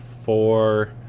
four